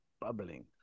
bubbling